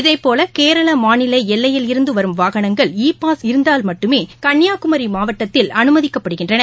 இதேபோல கேரள மாநில எல்லையில் இருந்து வரும் வாகனங்கள் ஈ பாஸ் இருந்தால் மட்டுமே கன்னியாகுமரி மாவட்டத்தில் அமைதிக்கப்படுகின்றன